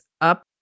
up